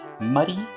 muddy